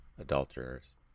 adulterers